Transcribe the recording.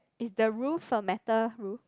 is the roof a metal roof